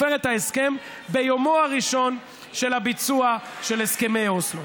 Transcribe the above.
הפר את ההסכם ביום הראשון של הביצוע של הסכמי אוסלו,